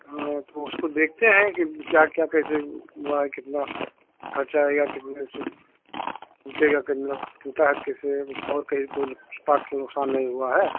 हाँ तो उसको देखते हैं कि क्या क्या कैसे हुआ है कितना ख़र्चा आएगा कितना इसमें टूटेगा कितना टूटा है कैसे और कही कुछ पार्ट का नुक़सान नही हुआ है